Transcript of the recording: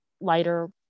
lighter